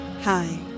Hi